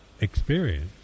experience